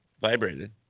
vibrated